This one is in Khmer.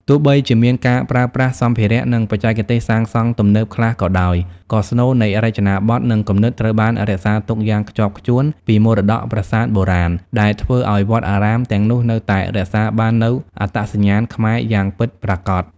ទោះបីជាមានការប្រើប្រាស់សម្ភារៈ និងបច្ចេកទេសសាងសង់ទំនើបខ្លះក៏ដោយ ក៏ស្នូលនៃរចនាប័ទ្ម និងគំនិតត្រូវបានរក្សាទុកយ៉ាងខ្ជាប់ខ្ជួនពីមរតកប្រាសាទបុរាណ ដែលធ្វើឲ្យវត្តអារាមទាំងនោះនៅតែរក្សាបាននូវអត្តសញ្ញាណខ្មែរយ៉ាងពិតប្រាកដ។